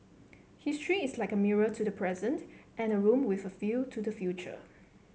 history is like a mirror to the present and a room with a view to the future